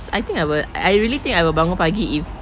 I think I will I really think I will bangun pagi if